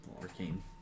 arcane